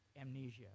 amnesia